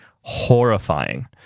horrifying